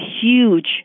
huge